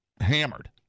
hammered